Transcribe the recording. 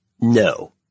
No